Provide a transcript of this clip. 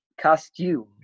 costume